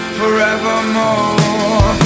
forevermore